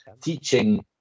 teaching